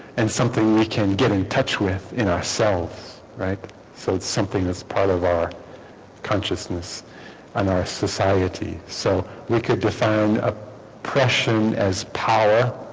and something we can get in touch with in ourselves right so it's something that's part of our consciousness in and our society so we could define ah oppression as power